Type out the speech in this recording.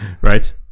Right